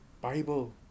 Bible